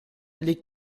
legt